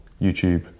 YouTube